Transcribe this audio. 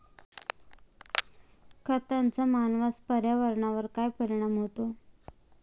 खतांचा मानवांसह पर्यावरणावर काय परिणाम होतो?